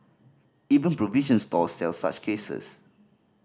even provision stores sell such cases